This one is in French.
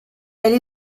elle